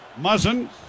Muzzin